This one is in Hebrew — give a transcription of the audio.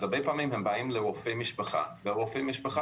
אז הרבה פעמים הם באים לרופאי משפחה שלא יודעים